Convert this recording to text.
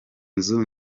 nzu